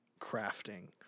crafting